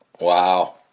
Wow